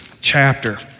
chapter